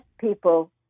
people